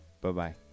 Bye-bye